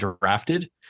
drafted